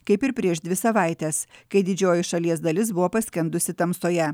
kaip ir prieš dvi savaites kai didžioji šalies dalis buvo paskendusi tamsoje